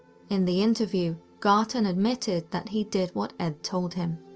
in the interview, garton admitted that he did what ed told him.